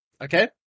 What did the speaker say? Okay